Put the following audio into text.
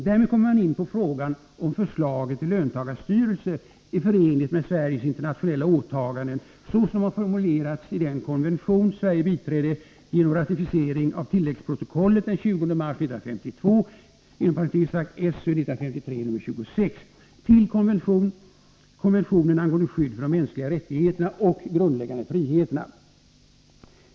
Därmed kommer man in på frågan om huruvida förslaget till löntagarstyrelser är förenligt med Sveriges internationella åtaganden så som de formulerats i den konvention Sverige biträtt genom ratificering av tilläggsprotokollet den 20 mars 1952 till konventionen angående skydd för de mänskliga rättigheterna och grundläggande friheterna.